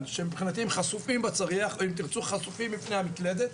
שמבחינתי הם חשופים בצריח או אם תרצו חשופים לפני המקלדת,